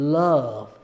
love